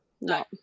no